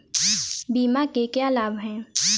बीमा के क्या लाभ हैं?